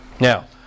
Now